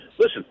listen